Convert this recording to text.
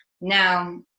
Now